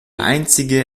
einzige